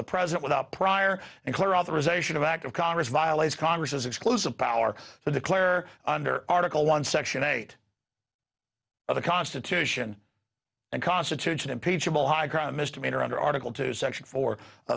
the president without prior and clear authorization of act of congress violates congress's exclusive power to declare under article one section eight of the constitution and constitutes an impeachable high crime misdemeanor under article two section four